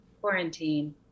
quarantine